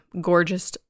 gorgeous